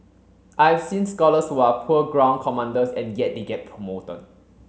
I've seen scholars who are poor ground commanders and yet they get promoted